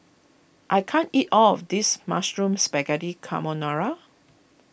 I can't eat all of this Mushroom Spaghetti Carbonara